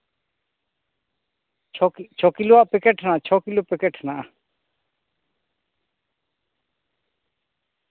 ᱪᱷᱚ ᱪᱷᱚ ᱠᱤᱞᱳᱣᱟᱜ ᱯᱮᱠᱮᱴ ᱠᱟᱱᱟ ᱪᱷᱚ ᱠᱤᱞᱳ ᱯᱮᱠᱮᱴ ᱦᱮᱱᱟᱜᱼᱟ